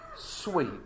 sweet